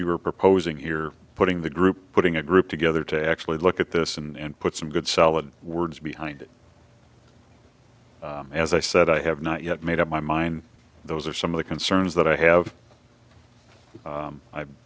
you were proposing here putting the group putting a group together to actually look at this and put some good solid words behind it as i said i have not yet made up my mind those are some of the concerns that i have